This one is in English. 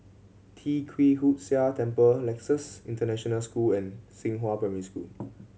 Tee Kwee Hood Sia Temple Nexus International School and Xinghua Primary School